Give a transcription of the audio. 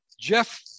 jeff